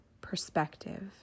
perspective